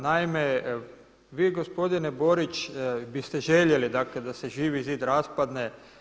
Naime, vi gospodine Borić bi ste željeli dakle da se Živi zid raspadne.